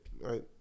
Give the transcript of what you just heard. right